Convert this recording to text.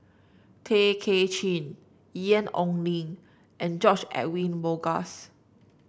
Tay Kay Chin Ian Ong Li and George Edwin Bogaars